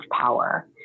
power